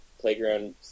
playground